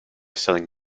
selling